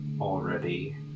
already